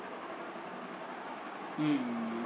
mm